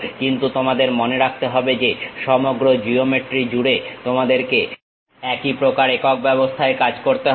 কিন্তু তোমাদের মনে রাখতে হবে যে সমগ্র জিওমেট্রি জুড়ে তোমাদেরকে একই প্রকারের একক ব্যবস্থায় কাজ করতে হবে